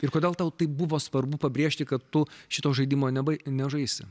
ir kodėl tau tai buvo svarbu pabrėžti kad tu šito žaidimo nebai nežaisi